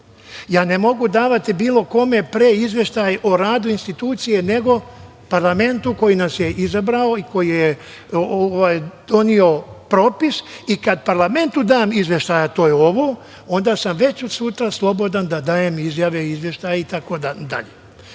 Ne mogu davati bilo kome pre izveštaj o radu institucije nego parlamentu koji nas je izabrao i koji je doneo propis i kada parlamentu dam izveštaj, a to je ovo, onda sam već od sutra slobodan da dajem izjave, izveštaje itd. Sada